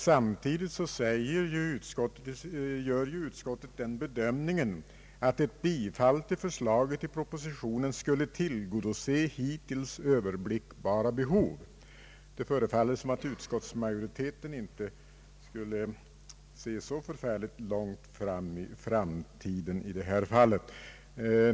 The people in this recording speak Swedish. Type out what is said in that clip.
Samtidigt gör dock utskottet den bedömningen att ett bifall till förslaget i propositionen skulle tillgodose hittills överblickbara behov. Det förefaller som om utskottsmajoriteten inte skulle se så förfärligt långt fram i tiden i detta fall.